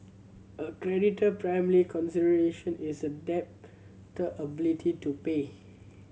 a creditor primary consideration is a debtor ability to pay